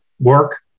work